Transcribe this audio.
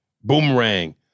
Boomerang